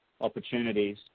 opportunities